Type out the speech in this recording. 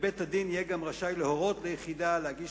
ובית-הדין יהיה גם רשאי להורות ליחידה להגיש